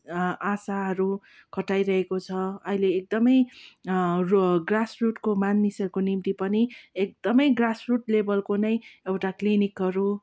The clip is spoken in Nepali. आशाहरू खटाइरहेको छ अहिले एकदमै ग्रासरुटको मानिसहरूको निम्ति पनि एकदमै ग्रासरुट लेबलको नै एउटा क्लिनिकहरू